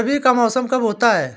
रबी का मौसम कब होता हैं?